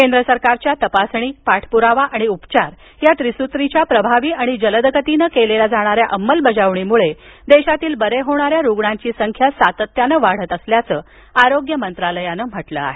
केंद्र सरकारच्या तपासणी पाठपुरावा आणि उपचार या त्रिसूत्रीच्या प्रभावी आणि जलद गतीनं केल्या जाणाऱ्या अंमलबजावणीमुळे देशातील बरे होणाऱ्या रुग्णांची संख्या सातत्यानं वाढत असल्याचं आरोग्य मंत्रालयानं म्हटलं आहे